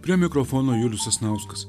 prie mikrofono julius sasnauskas